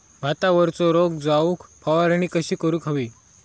भातावरचो रोग जाऊक फवारणी कशी करूक हवी?